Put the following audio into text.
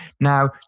Now